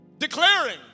Declaring